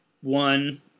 one